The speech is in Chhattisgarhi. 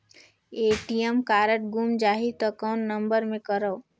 ए.टी.एम कारड गुम जाही त कौन नम्बर मे करव?